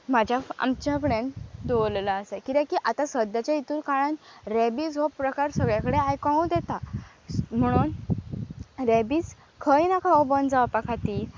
म्हाज्या आमच्या फुडन दवरलेलो आसा कित्याकी आतां सद्याच्या हितून काळान रेबीज हो प्रकार सगळ्याकडेन आयकू येता म्हणून रेबीज खंय ना खंय बंद जावपा खातीर